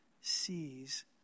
sees